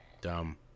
Dumb